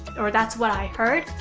or, that's what i heard.